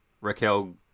Raquel